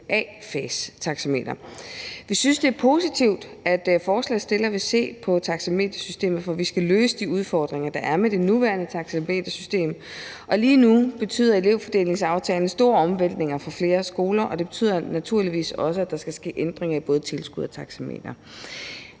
institutionerne. Vi synes, det er positivt, at forslagsstillerne vil se på taxametersystemet, for vi skal løse de udfordringer, der er med det nuværende taxametersystem, og lige nu betyder elevfordelingsaftalen store omvæltninger for flere skoler, og det betyder naturligvis også, at der skal ske ændringer i både tilskud og taxametre.